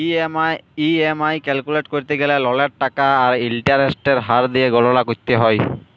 EMI calculate ক্যরতে গ্যালে ললের টাকা আর ইলটারেস্টের হার দিঁয়ে গললা ক্যরতে হ্যয়